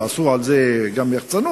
ועשו לזה יחצנות,